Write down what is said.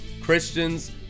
Christians